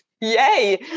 Yay